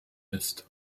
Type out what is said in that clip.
ist